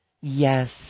Yes